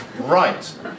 Right